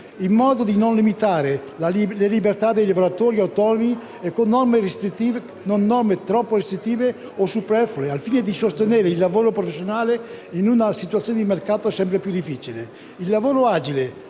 in modo da non limitare le libertà dei lavoratori autonomi con norme troppo restrittive o superflue e, dall'altra, per sostenere il lavoro professionale in una situazione dì mercato del lavoro sempre più difficile. Il lavoro agile,